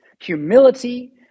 Humility